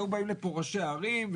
היו באים לפה ראשי ערים,